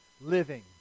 living